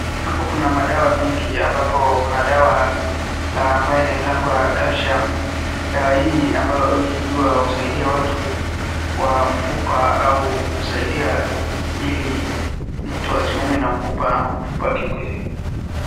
Hapo kuna madawa mingi, na ambapo kuna dawa na ambaye inaitangwa calcium , dawa hii amabayo husaidia watu kwa mfupa, au kusaidia ili mtu asiumwe na mfupa ama mfupa yake ikuwe.